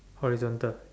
horizontal